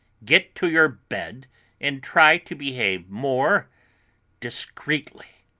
get to your bed and try to behave more discreetly.